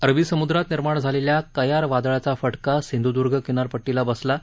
अरबी समुद्रात निर्माण झालेल्या कयार वादळाचा फटका सिंधुदुर्ग किनारपट्टीला बसला आहे